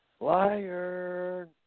Liar